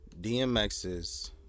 DMX's